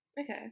okay